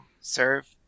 serve